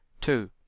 Two